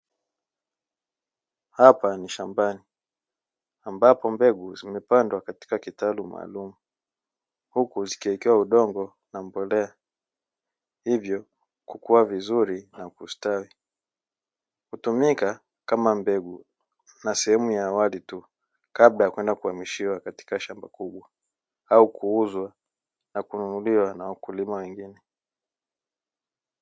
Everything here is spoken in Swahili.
Hapa ni shambani ambapo mbegu zimepandwa katika kitalu maalumu, huku zikiwekewa udongo na mbolea, hivyo kukua vizuri na kustawi. Hutumika kama mbegu na sehemu ya awali tuu, kabla ya kwenda kuhamishiwa katika shamba kubwa, au kuuzwa na kununuliwa na wakulima wengine.